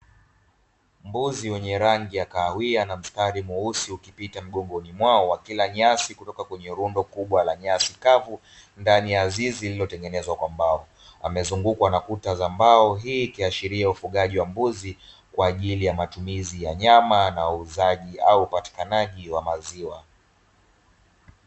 Mbuzi wenye rangi ya kaahwia na mstari mweusi ukipita mgongoni mwao, wakila nyasi kutoka kwenye rundo kubwa la nyasi kavu ndani ya zizi lililotengenezwa kwa mbao. Wamezungukwa na kuta za mbao. Hii ikiashiria ufugaji wa mbuzi kwa ajili ya matumizi ya nyama na wauzaji au upatikanaji wa maziwa.